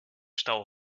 stau